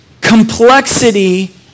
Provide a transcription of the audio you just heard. complexity